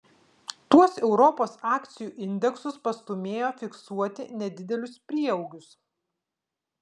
tuos europos akcijų indeksus pastūmėjo fiksuoti nedidelius prieaugius